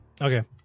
Okay